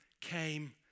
came